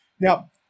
Now